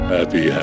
Happy